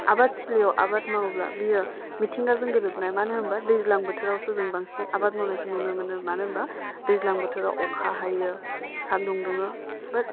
आबादथिलियाव आबाद मावोब्ला बेयो मिथिंगाजों गोरोबनाय मानो होनबा दैज्लां बोथोरावसो जों बांसिनै आबाद मावनायखौ नुनो मोनो मानो होनबा दैज्लां बोथोराव अखा हायो सान्दुं दुङो बाट